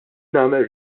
nagħmel